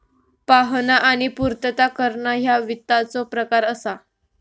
पाहणा आणि पूर्तता करणा ह्या वित्ताचो प्रकार असा